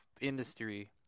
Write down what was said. industry